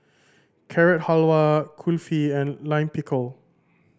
Carrot Halwa Kulfi and Lime Pickle